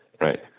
right